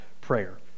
prayer